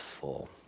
full